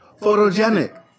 photogenic